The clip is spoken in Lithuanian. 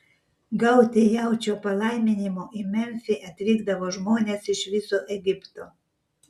gauti jaučio palaiminimo į memfį atvykdavo žmonės iš viso egipto